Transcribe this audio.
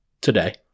today